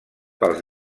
pels